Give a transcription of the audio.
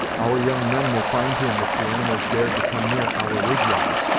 our young men will find him if the animals dare to come near our wigwams!